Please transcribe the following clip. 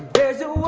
there's a